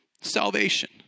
Salvation